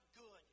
good